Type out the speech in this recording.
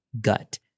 gut